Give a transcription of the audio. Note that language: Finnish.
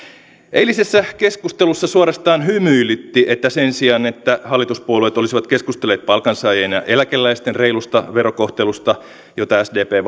eilisessä keskustelussa suorastaan hymyilytti että sen sijaan että hallituspuolueet olisivat keskustelleet palkansaajien ja eläkeläisten reilusta verokohtelusta jota sdp